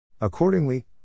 Accordingly